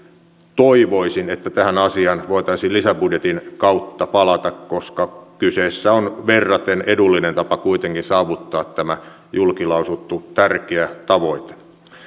toivoisin että tähän asiaan voitaisiin lisäbudjetin kautta palata koska kyseessä on verraten edullinen tapa kuitenkin saavuttaa tämä julkilausuttu tärkeä tavoite